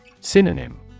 Synonym